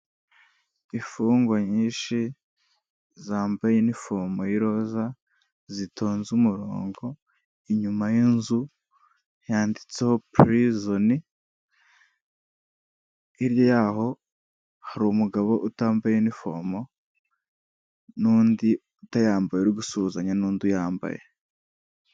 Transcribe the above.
Imfungwa nyinshi zambaye inifomo y'iroza zitonze umurongo inyuma y'inzu yanditseho pirizoni, hirya yaho hari umugabo utambaye inifomo n'undi utayambaye uri gusuhuzanya n'undi uyambaye.